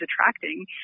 attracting